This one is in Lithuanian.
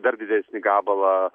dar didesnį gabalą